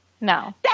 No